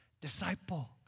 Disciple